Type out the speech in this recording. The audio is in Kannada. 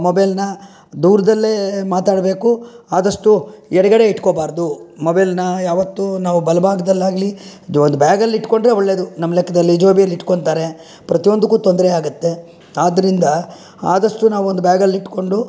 ಮೊಬೈಲನ್ನ ದೂರದಲ್ಲೇ ಮಾತಾಡಬೇಕು ಆದಷ್ಟು ಎಡಗಡೆ ಇಟ್ಕೊಬಾರ್ದು ಮೊಬೈಲನ್ನ ಯಾವತ್ತೂ ನಾವು ಬಲ ಭಾಗದಲ್ಲಾಗಲಿ ದೊ ಒಂದು ಬ್ಯಾಗಲ್ಲಿ ಇಟ್ಟುಕೊಂಡ್ರೆ ಒಳ್ಳೆಯದು ನಮ್ಮ ಲೆಕ್ಕದಲ್ಲಿ ಜೋಬಿಯಲ್ಲಿ ಇಟ್ಕೊತಾರೆ ಪ್ರತಿ ಒಂದಕ್ಕೂ ತೊಂದರೆ ಆಗುತ್ತೆ ಆದ್ದರಿಂದ ಆದಷ್ಟು ನಾವು ಒಂದು ಬ್ಯಾಗಲ್ಲಿ ಇಟ್ಟುಕೊಂಡು